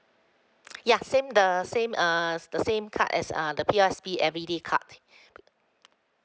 ya same the same err the same card as uh the P_O_S_B everyday card